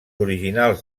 originals